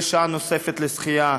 ושעה נוספת לשחייה.